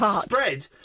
spread